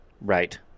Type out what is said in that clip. Right